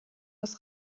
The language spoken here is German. das